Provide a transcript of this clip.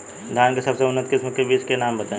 धान के सबसे उन्नत किस्म के बिज के नाम बताई?